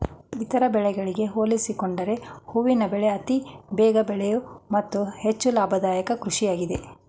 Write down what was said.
ಇತರ ಬೆಳೆಗಳಿಗೆ ಹೋಲಿಸಿಕೊಂಡರೆ ಹೂವಿನ ಬೆಳೆ ಅತಿ ಬೇಗ ಬೆಳೆಯೂ ಮತ್ತು ಹೆಚ್ಚು ಲಾಭದಾಯಕ ಕೃಷಿಯಾಗಿದೆ